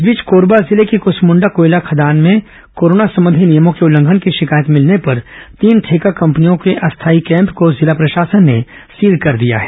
इस बीच कोरबा जिले की क समृण्डा कोयला खदान में कोरोना संबंधी नियमों के उल्लंघन की शिकातय मिलने पर तीन ठेका कम्पनियों के अस्थाई कैम्प को जिला प्रशासन ने सील कर दिया है